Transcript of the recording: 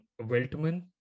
Weltman